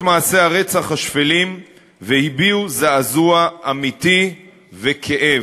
מעשי הרצח השפלים והביעו זעזוע אמיתי וכאב.